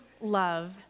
love